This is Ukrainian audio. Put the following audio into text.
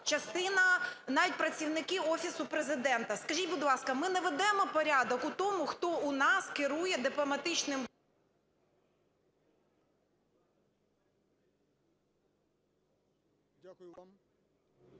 частина – навіть працівники Офісу Президента. Скажіть, будь ласка, ми наведемо порядок у тому, хто у нас керує дипломатичним… 11:24:58